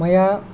मया